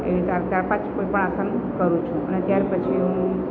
એ રીતે આ ચાર પાંચ કોઈપણ આસન કરું છું અને ત્યાર પછી હું